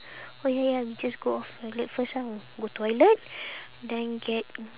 oh ya we just go toilet first ah go toilet then get